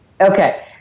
Okay